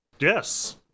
Yes